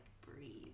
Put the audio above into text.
breathe